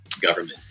government